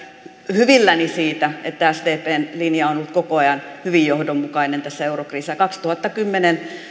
hyvilläni siitä että sdpn linja on ollut koko ajan hyvin johdonmukainen tässä eurokriisissä kaksituhattakymmenen